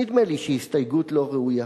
נדמה לי שהיא הסתייגות לא ראויה.